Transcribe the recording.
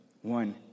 one